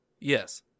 Yes